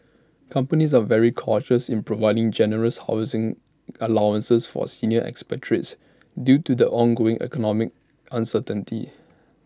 companies are very cautious in providing generous housing allowances for senior expatriates due to the ongoing economic uncertainty